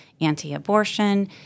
anti-abortion